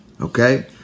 Okay